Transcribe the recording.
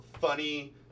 funny